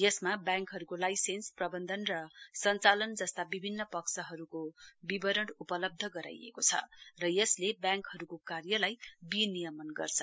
यसमा ब्याङकहरूको लाइसेन्स प्रबन्धन र संचालन जस्ता विभिन पक्षहरूको विवरण उपलब्ध गराइएको छ र यसले ब्याङ्कहरूको कार्यलाई विनियमना गर्छ